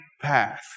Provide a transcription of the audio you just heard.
path